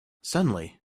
suddenly